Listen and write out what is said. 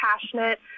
passionate